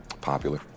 Popular